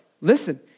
listen